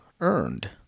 earned